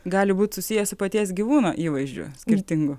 gali būt susiję su paties gyvūno įvaizdžiu skirtingu